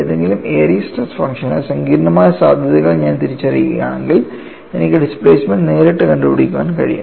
ഏതെങ്കിലും Airy's stress ഫംഗ്ഷന് സങ്കീർണ്ണമായ സാധ്യതകൾ ഞാൻ തിരിച്ചറിയുകയാണെങ്കിൽ എനിക്ക് ഡിസ്പ്ലേസ്മെൻറ് നേരിട്ട് കണ്ടുപിടിക്കാൻ കഴിയും